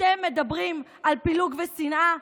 אתם מדברים על פילוג ושנאה?